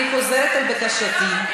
אני חוזרת על בקשתי.